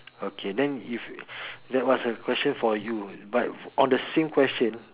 okay then if that was a question for you but on the same question